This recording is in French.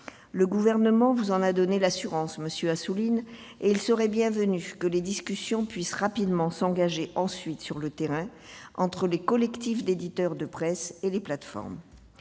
Le Gouvernement vous en a donné l'assurance, monsieur Assouline, et il serait bienvenu que les discussions puissent rapidement s'engager ensuite, sur le terrain, entre les collectifs d'éditeurs de presse et les plateformes.